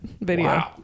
video